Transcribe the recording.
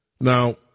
Now